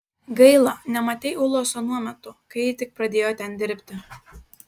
gaila nematei ulos anuo metu kai ji tik pradėjo ten dirbti